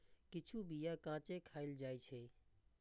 किछु बीया कांचे खाएल जाइ छै